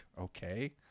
okay